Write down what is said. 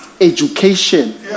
education